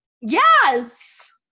Yes